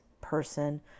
person